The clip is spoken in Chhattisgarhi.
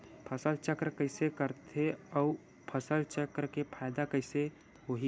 फसल चक्र कइसे करथे उ फसल चक्र के फ़ायदा कइसे से होही?